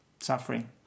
suffering